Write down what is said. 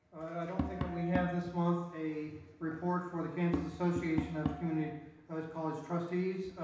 i don't think and we have this month a report for the kansas association of community college trustees.